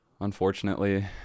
Unfortunately